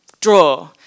draw